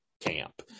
camp